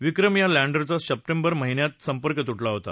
विक्रम या लँडरचा सप्टेंबर महिन्यात संपर्क तुटला होता